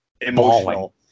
emotional